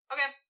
Okay